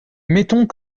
mettons